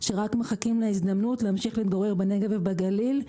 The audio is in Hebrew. שרק מחכים להזדמנות להמשיך ולהתגורר בנגב ובגליל.